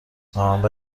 منبع